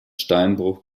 steinbruch